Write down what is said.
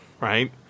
right